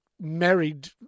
married